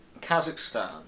Kazakhstan